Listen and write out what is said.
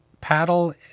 paddle